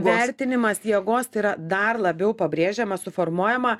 vertinimas jėgos tai yra dar labiau pabrėžiama suformuojama